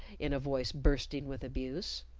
in a voice bursting with abuse.